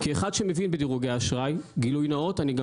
כאחד שמבין בדירוגי האשראי גילוי נאות: אני גם